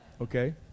Okay